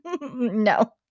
No